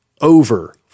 over